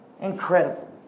Incredible